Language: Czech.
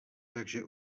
takže